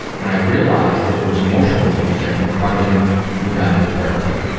when i realized that it was emotional abuse, i confronted him and we got into therapy.